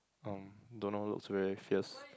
um don't know looks very fierce